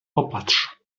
popatrz